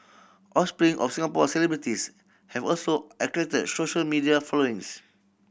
offspring of Singapore celebrities have also attracted social media followings